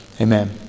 Amen